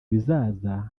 bizaza